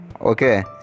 Okay